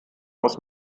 aus